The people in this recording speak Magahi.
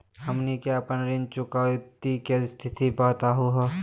हमनी के अपन ऋण चुकौती के स्थिति बताहु हो?